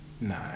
No